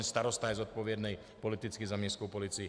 Starosta je zodpovědný politicky za městskou policii.